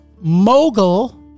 Mogul